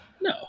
no